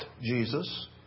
Jesus